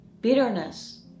bitterness